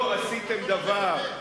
לא עשיתם דבר.